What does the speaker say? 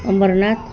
Amarnath